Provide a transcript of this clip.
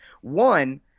one